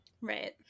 Right